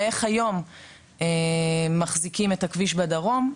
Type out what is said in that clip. ואיך היום מחזיקים את הכביש בדרום,